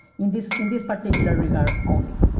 in this in this particular regard only.